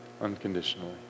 unconditionally